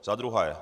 Za druhé.